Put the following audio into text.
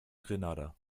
grenada